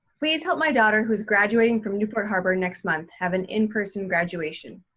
please help my daughter who's graduating from newport harbor next month have an in person graduation.